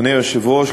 אדוני היושב-ראש,